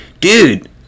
dude